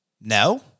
No